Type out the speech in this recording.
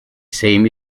same